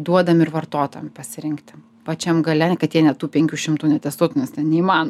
duodam ir vartotojam pasirinkti pačiam gale kad jie net tų penkių šimtų netestuotų nes ten neįman